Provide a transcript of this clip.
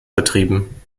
betrieben